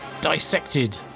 dissected